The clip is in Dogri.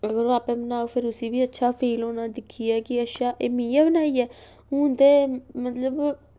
जेल्लै ओह्दे बाद उसी बी फील होना कि अच्छा एह् में बनाई ऐ हून ते मतलब